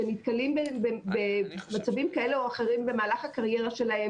שנתקלים במצבים כאלה או אחרים במהלך הקריירה שלהם,